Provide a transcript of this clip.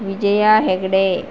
Vijaya Hegde